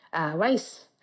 rice